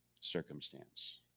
circumstance